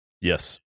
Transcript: Yes